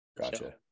Gotcha